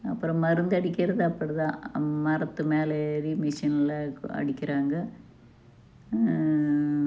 அப்பறம் மருந்தடிக்கிறது அப்படிதான் மரத்துமேலே ஏறி மிஷினில் அடிக்கிறாங்க